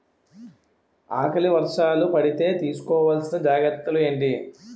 ఆకలి వర్షాలు పడితే తీస్కో వలసిన జాగ్రత్తలు ఏంటి?